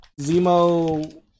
Zemo